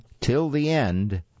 till-the-end